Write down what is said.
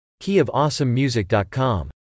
keyofawesomemusic.com